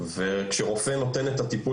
וכשרופא נותן טיפול,